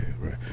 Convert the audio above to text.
right